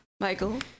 Michael